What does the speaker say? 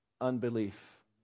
Unbelief